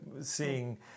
seeing